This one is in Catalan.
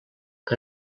que